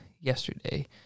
yesterday